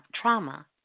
trauma